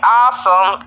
awesome